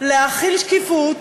להחיל שקיפות